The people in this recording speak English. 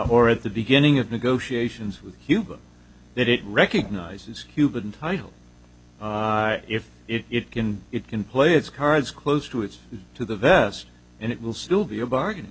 or at the beginning of negotiations that it recognizes cuban title if it can it can play its cards close to its to the vest and it will still be a bargain